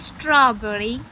strawberry